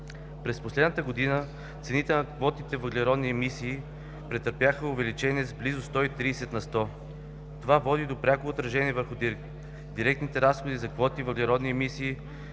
През последната година цените на квотите въглеродни емисии претърпяха увеличение с близо 130 на сто. Това води до пряко отражение върху директните разходи за квоти въглеродни емисии